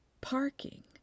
parking